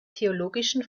theologischen